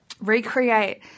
recreate